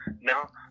now